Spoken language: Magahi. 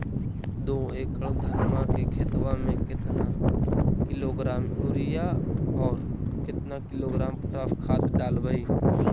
दो एकड़ धनमा के खेतबा में केतना किलोग्राम युरिया और केतना किलोग्राम पोटास खाद डलबई?